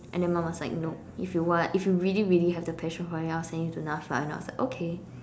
and then mum was like nope if you want like if you really really have the passion for it I will send you to N_A_F_A and I was like okay